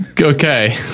Okay